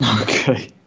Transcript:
okay